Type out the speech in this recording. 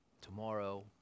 tomorrow